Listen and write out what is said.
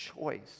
choice